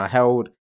held